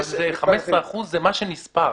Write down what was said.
15% זה מה שנספר.